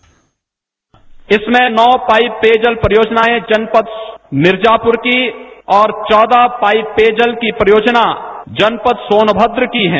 bite इसमें नौ pipe पेय जल परियोजनाएं जनपद मिर्जापुर की और चौदह पाइप पेयजल की परियोजना जनपद सोनभद्र की हैं